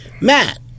Matt